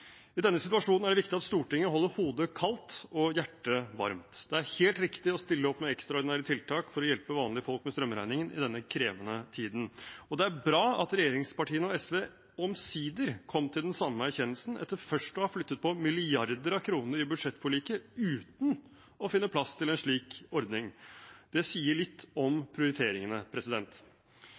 I denne situasjonen er det viktig at Stortinget holder hodet kaldt og hjertet varmt. Det er helt riktig å stille opp med ekstraordinære tiltak for å hjelpe vanlige folk med strømregningen i denne krevende tiden. Det er bra at regjeringspartiene og SV omsider kom til den samme erkjennelsen etter først å ha flyttet på milliarder av kroner i budsjettforliket uten å finne plass til en slik ordning. Det sier litt om prioriteringene.